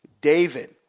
David